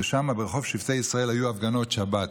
ושם, ברחוב שבטי ישראל, היו הפגנות שבת.